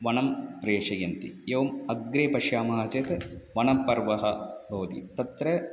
वनं प्रेषयन्ति एवम् अग्रे पश्यामः चेत् वनपर्वः भवति तत्र